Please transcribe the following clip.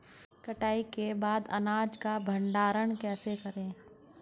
कटाई के बाद अनाज का भंडारण कैसे करें?